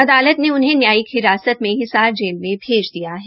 अदालत ने उन्हें न्यायिक हिरासत में हिसार जेल में भेज दिया है